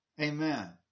Amen